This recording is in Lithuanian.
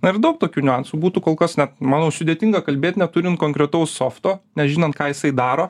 na ir daug tokių niuansų būtų kol kas net manau sudėtinga kalbėt neturint konkretaus softo nežinant ką jisai daro